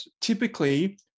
typically